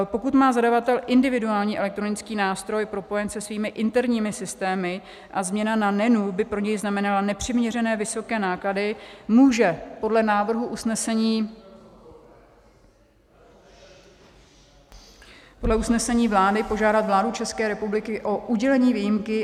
Pokud má zadavatel individuální elektronický nástroj propojen se svými interními systémy a změna na NEN by pro něj znamenala nepřiměřené vysoké náklady, může podle návrhu usnesení vlády požádat vládu České republiky o udělení výjimky.